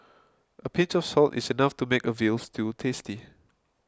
a pinch of salt is enough to make a Veal Stew tasty